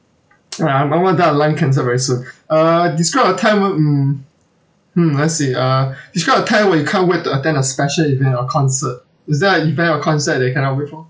uh I'm I'm going to die of lung cancer very soon uh describe a time when mm hmm let's see uh describe a time where you can't wait to attend a special event or concert is there an event or concert that you cannot wait for